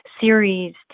series